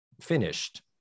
finished